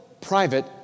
private